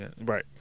right